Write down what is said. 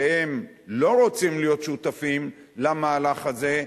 שהם לא רוצים להיות שותפים למהלך הזה,